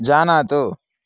जानातु